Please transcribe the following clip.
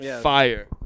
Fire